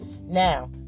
Now